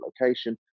location